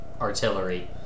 artillery